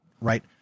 right